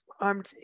armed